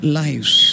lives